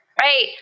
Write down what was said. right